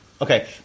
Okay